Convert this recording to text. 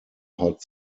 hot